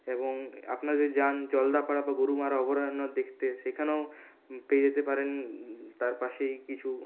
এবং আপনারা যদি যান জলদাপাড়া বা গোরুমারা অভয়ারণ্য দেখতে সেখানেও পেয়ে যেতে পারেন তার পাশেই কিছু